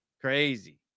Crazy